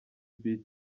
beat